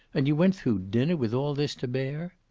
and you went through dinner with all this to bear!